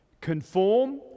conform